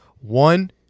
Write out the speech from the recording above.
One